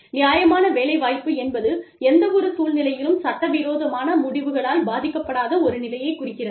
நியாயமான வேலை வாய்ப்பு என்பது எந்த ஒரு சூழ்நிலையிலும் சட்ட விரோதமான முடிவுகளால் பாதிக்கப்படாத ஒரு நிலையைக் குறிக்கிறது